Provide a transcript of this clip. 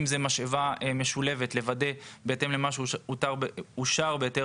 אם זו משאבה משולבת צריך לוודא שזה משהו שאושר בהיתר